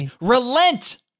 relent